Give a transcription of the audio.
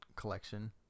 collection